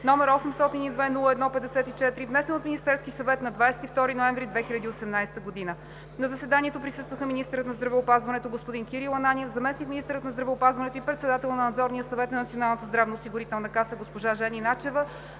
№ 802-01-54, внесен от Министерския съвет на 22 ноември 2018 г. На заседанието присъстваха министърът на здравеопазването господин Кирил Ананиев, заместник-министърът на здравеопазването и председател на Надзорния съвет на Националната здравноосигурителна каса госпожа Жени Начева,